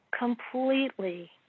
completely